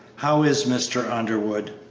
how is mr. underwood?